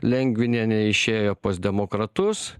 lengvinienė išėjo pas demokratus